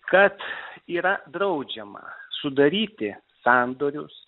kad yra draudžiama sudaryti sandorius